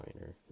minor